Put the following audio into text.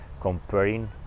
Comparing